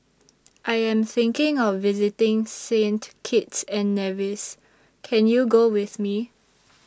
I Am thinking of visiting Saint Kitts and Nevis Can YOU Go with Me